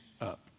up